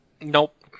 Nope